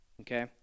okay